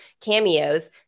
cameos